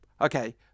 okay